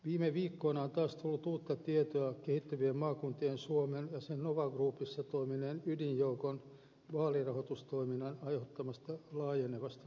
viime viikkoina on taas tullut uutta tietoa kehittyvien maakuntien suomen ja sen nova groupissa toimineen ydinjoukon vaalirahoitustoiminnan aiheuttamasta laajenevasta poliisitutkinnasta